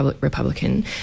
Republican